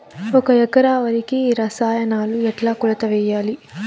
ఒక ఎకరా వరికి రసాయనాలు ఎట్లా కొలత వేయాలి?